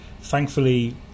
Thankfully